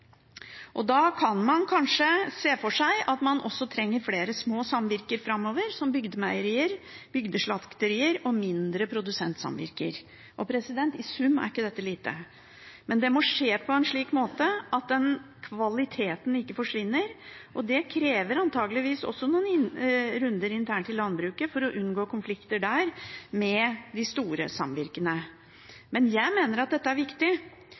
dette. Da kan man kanskje se for seg at man også trenger flere små samvirke framover som bygdemeierier, bygdeslakterier og mindre produsentsamvirke. I sum er ikke dette lite. Men det må skje på en slik måte at den kvaliteten ikke forsvinner, og det krever antakeligvis noen runder internt i landbruket for å unngå konflikter med de store samvirkene. Men jeg mener at dette er viktig,